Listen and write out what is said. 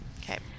Okay